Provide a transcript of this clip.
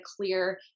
clear